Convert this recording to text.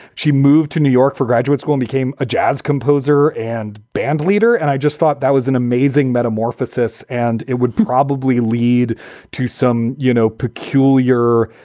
she moved to new york for graduate school, became a jazz composer and bandleader. and i just thought that was an amazing metamorphosis. and it would probably lead to some, you know, peculiar,